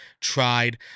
tried